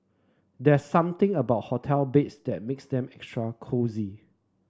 there's something about hotel beds that makes them extra cosy